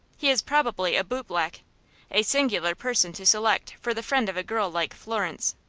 he is probably a bootblack a singular person to select for the friend of a girl like florence.